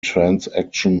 transaction